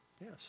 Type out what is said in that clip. Yes